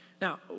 Now